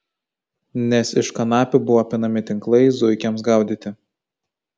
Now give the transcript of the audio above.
nes iš kanapių buvo pinami tinklai zuikiams gaudyti